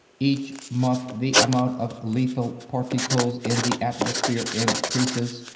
each month the amount of lethal particles in the atmosphere increases.